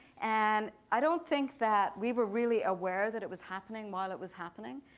and i don't think that we were really aware that it was happening while it was happening.